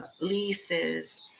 leases